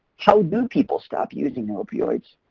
how do people stop using opioids?